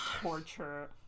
torture